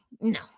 no